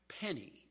penny